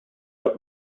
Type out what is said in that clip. out